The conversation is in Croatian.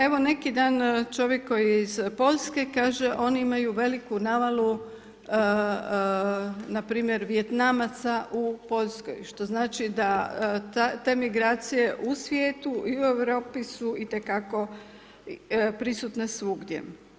Evo neki dan čovjek koji je iz Poljske, kaže oni imaju veliku navalu npr. Vijetnamaca u Poljskoj, što znači da te migracije u svijetu i u Europi su i te kako prisutne svugdje.